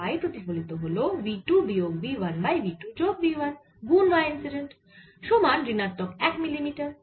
y প্রতিফলিত হল v 2 বিয়োগ v 1 বাই v 2 যোগ v 1 গুন y ইন্সিডেন্ট সমান ঋণাত্মক 1 মিলিমিটার